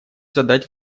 задать